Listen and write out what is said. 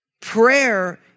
prayer